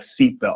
seatbelt